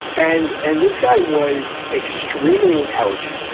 and and this guy was extremely intelligent,